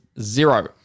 zero